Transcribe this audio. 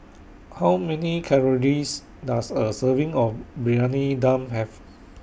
How Many Calories Does A Serving of Briyani Dum Have